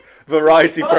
Variety